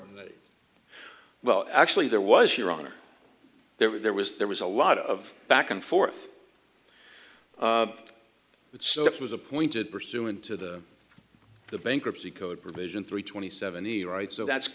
warden well actually there was your honor there was there was there was a lot of back and forth but so it was appointed pursuant to the the bankruptcy code provision three twenty seventy right so that's